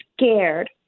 scared